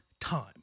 time